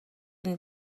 and